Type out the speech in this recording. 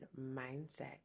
Mindset